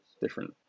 different